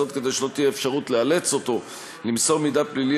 זאת כדי שלא תהיה אפשרות לאלץ אותו למסור מידע פלילי